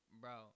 Bro